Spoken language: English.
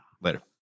Later